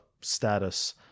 status